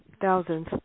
Thousands